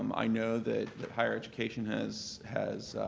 um i know that that higher education has has